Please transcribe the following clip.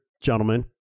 gentlemen